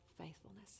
faithfulness